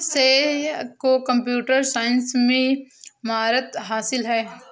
सैयद को computer science में महारत हासिल है